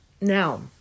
now